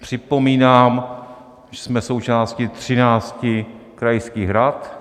Připomínám, že jsme součástí 13 krajských rad.